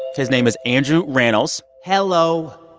his name is andrew rannells hello.